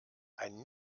ein